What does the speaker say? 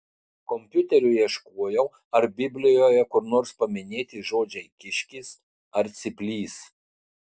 kompiuteriu ieškojau ar biblijoje kur nors paminėti žodžiai kiškis ar cyplys